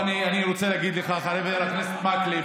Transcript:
אני רוצה להגיד לך, חבר הכנסת מקלב,